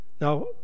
Now